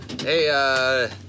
Hey